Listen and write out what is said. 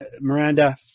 Miranda